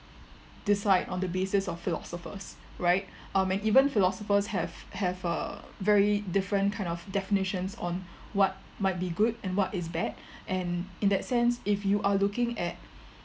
decide on the basis of philosophers right um even philosophers have have a very different kind of definitions on what might be good and what is bad and in that sense if you are looking at